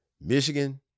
Michigan